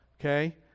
okay